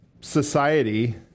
society